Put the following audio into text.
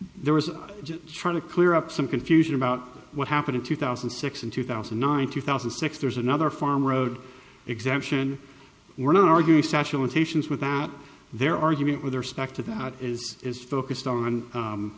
there was trying to clear up some confusion about what happened in two thousand and six and two thousand and nine two thousand and six there's another farm road exemption we're not arguing specializations with that their argument with respect to that is is focused on